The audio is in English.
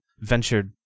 ventured